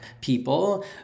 people